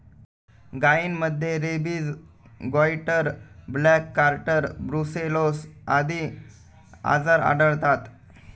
गायींमध्ये rabies, goitre, black quarter, brucellosis आदी आजार आढळतात